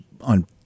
on